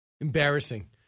Embarrassing